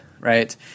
Right